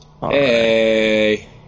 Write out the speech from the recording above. Hey